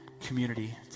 community